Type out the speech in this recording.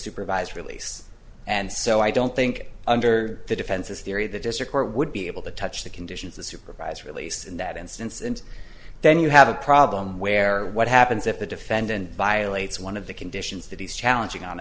supervised release and so i don't think under the defense's theory the district court would be able to touch the conditions of supervised release in that instance and then you have a problem where what happens if the defendant violates one of the conditions that he's challenging on